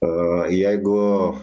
o jeigu